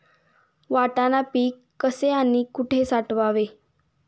वाटाणा पीक कसे आणि कुठे साठवावे?